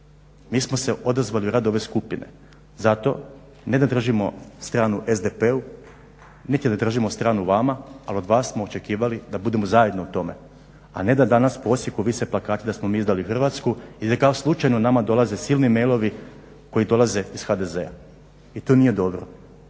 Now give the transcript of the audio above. Mi smo se odazvali u rad ove skupine. Zato ne da držimo stranu SDP-u niti ne držimo stranu vama, ali od vas smo očekivali da budemo zajedno u tome, a ne da danas po Osijeku vise plakati da smo mi izdali Hrvatsku i da kao slučajno nama dolaze silni mailovi koji dolaze iz HDZ-a. I to nije dobro.